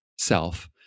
self